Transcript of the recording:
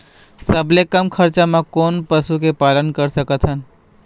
सबले कम खरचा मा कोन पशु के पालन कर सकथन?